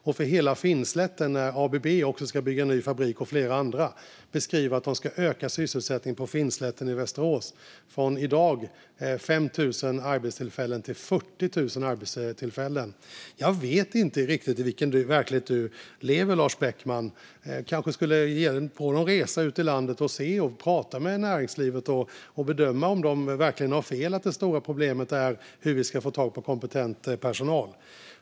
När ABB och flera andra nu dessutom ska bygga nya fabriker beskrivs att sysselsättningen på Finnslätten i Västerås ska ökas från dagens 5 000 arbetstillfällen till 40 000 arbetstillfällen. Jag vet inte riktigt i vilken verklighet du lever, Lars Beckman. Du kanske skulle ge dig på någon resa ut i landet, prata med näringslivet och bedöma om näringslivet verkligen har fel i att det stora problemet är hur vi ska få tag på kompetent personal.